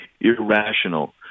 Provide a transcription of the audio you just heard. irrational